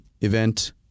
event